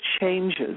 changes